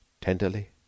Tenderly